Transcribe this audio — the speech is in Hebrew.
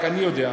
רק אני יודע,